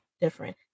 different